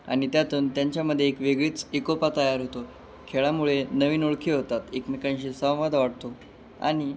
आणि त्यातून त्यांच्यामध्ये एक वेगळीच एकोपा तयार होतो खेळामुळे नवीन ओळखी होतात एकमेकांशी संवाद वाढतो आणि